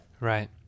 Right